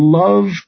love